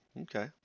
Okay